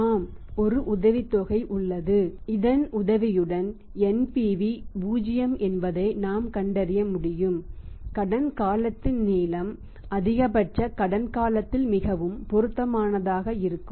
ஆம் ஒரு உதவித்தொகை உள்ளது இதன் உதவியுடன் NPV 0 என்பதை நாம் கண்டறிய முடியும் கடன் காலத்தின் நீளம் அதிகபட்ச கடன் காலத்தில் மிகவும் பொருத்தமானதாக இருக்கும